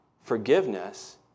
forgiveness